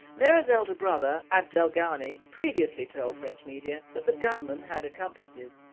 merah's elder brother abdelghani previously told french media that the gunman had accomplices,